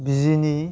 बिजिनि